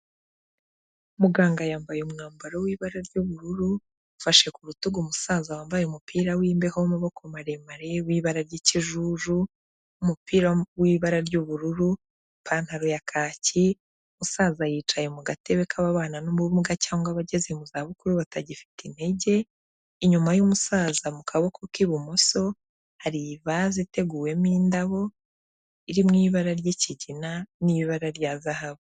Muganga yambaye umwambaro w'ibara ry'ubururu, ufashe ku rutugu umusaza wambaye umupira w'imbeho w'amaboko maremare w'ibara ry'ikijuju, umupira w'ibara ry'ubururu, ipantaro ya kaki umusaza yicaye mu gatebe k'ababana n'ubumuga cyangwa abageze mu zabukuru batagifite intege, inyuma y'umusaza mu kaboko k'ibumoso, hari ivaze iteguwemo indabo iri mu ibara ry'ikigina n'ibara rya zahabu.